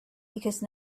because